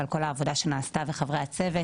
ותודה על כל העבודה שנעשתה ולחברי הצוות.